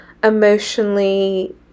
emotionally